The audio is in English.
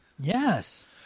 Yes